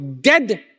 dead